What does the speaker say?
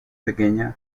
pequeña